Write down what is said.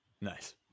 Nice